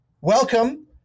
welcome